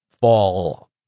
fall